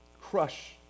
crush